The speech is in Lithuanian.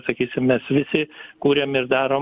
sakysim mes visi kuriam ir darom